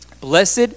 blessed